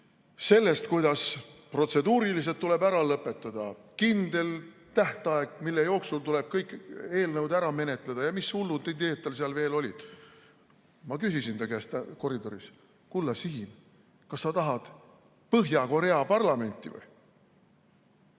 –, kuidas protseduurilised tuleb ära lõpetada, olgu kindel tähtaeg, mille jooksul tuleb kõik eelnõud ära menetleda, ja mis hullud ideed tal seal veel olid. Ma küsisin ta käest koridoris: "Kulla Siim, kas sa tahad Põhja-Korea parlamenti või?"